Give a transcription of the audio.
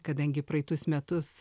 kadangi praeitus metus